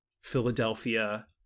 Philadelphia